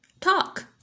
talk